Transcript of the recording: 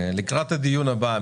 לקראת הדיון הבא,